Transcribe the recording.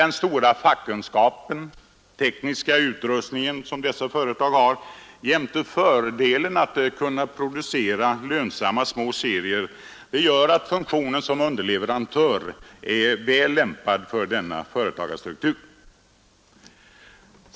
Den stora fackkunskap och tekniska utrustning som dessa företag har jämte fördelen att kunna producera lönsamma små serier gör att funktionen som underleverantör är väl lämpad för denna företagsstruktur.